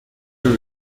iri